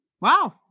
Wow